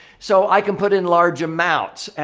so, i can put in large amounts.